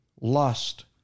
lust